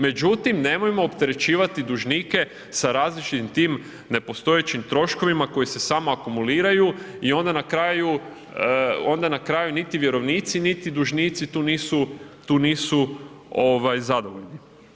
Međutim, nemojmo opterećivati dužnike sa različitim tim nepostojećim troškovima koji se samo akumuliraju i onda na kraju, onda na kraju niti vjerovnici, niti dužnici tu nisu, tu nisu zadovoljni.